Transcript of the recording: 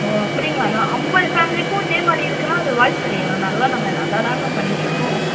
ஓ அப்படிங்களா மேம் ஐம்பது ஃபேமிலிக்கும் இதே மாதிரி இருக்குனால் அது வாய்ப்பில்லையே மேம் நல்லா நாங்கள் நல்லாதாங்க மேம் பண்ணிட்டிருக்கோம்